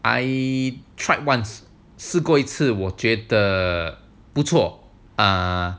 I tried once 试过一次我觉得不错啊